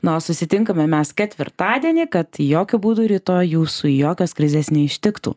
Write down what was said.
na o susitinkame mes ketvirtadienį kad jokiu būdu rytoj jūsų jokios krizės neištiktų